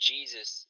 Jesus